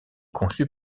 conçue